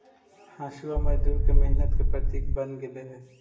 हँसुआ मजदूर के मेहनत के प्रतीक बन गेले हई